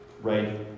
right